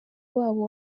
wabo